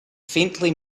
faintly